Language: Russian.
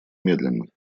медленно